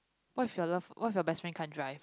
what if your love what if your best friend can't drive